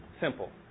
simple